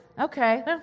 Okay